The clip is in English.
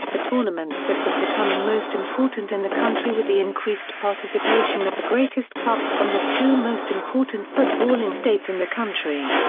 the tournament that was becoming most important in the country with the increased participation of the greatest clubs from the two most important footballing states in the country.